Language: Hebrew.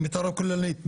במתאר הכוללנית.